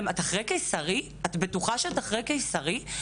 ושאלו אם אני בטוחה שאני אחרי ניתוח קיסרי?